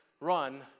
run